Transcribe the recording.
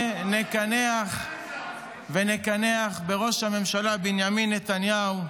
ונקנח בראש הממשלה בנימין נתניהו,